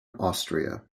austria